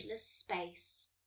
space